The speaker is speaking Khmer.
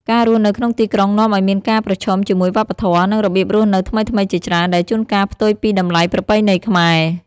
ការរស់នៅក្នុងទីក្រុងនាំឱ្យមានការប្រឈមជាមួយវប្បធម៌ និងរបៀបរស់នៅថ្មីៗជាច្រើន ដែលជួនកាលផ្ទុយពីតម្លៃប្រពៃណីខ្មែរ។